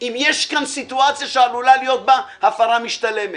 אם יש כאן סיטואציה שעלולה להיות בה הפרה משתלמת.